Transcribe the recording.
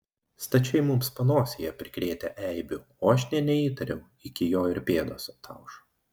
stačiai mums panosėje prikrėtę eibių o aš nė neįtariau iki jo ir pėdos ataušo